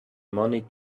money